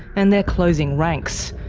and they're closing ranks.